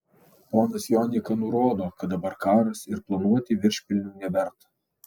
ponas jonika nurodo kad dabar karas ir planuoti viršpelnių neverta